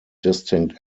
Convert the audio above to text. distinct